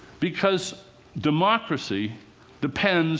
because democracy depends